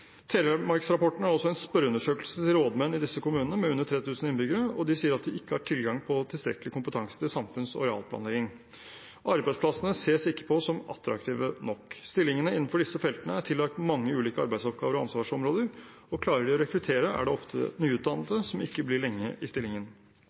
også en spørreundersøkelse til rådmenn i disse kommunene med under 3 000 innbyggere, og de sier at de ikke har tilgang på tilstrekkelig kompetanse til samfunns- og arealplanlegging. Og arbeidsplassene ses ikke på som attraktive nok. Stillingene innenfor disse feltene er tillagt mange ulike arbeidsoppgaver og ansvarsområder, og klarer de å rekruttere, er det ofte nyutdannede